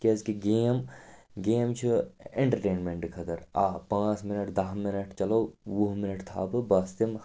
کیٛازِکہِ game game چھِ اٮ۪نٹَرٹینمٮ۪نٛٹہٕ خٲطرٕ آ پانٛژھ مِنَٹ دَہ مِنَٹ چلو وُہ مِنَٹ تھاوٕ بہٕ بَس تِم